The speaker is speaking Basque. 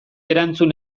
erantzun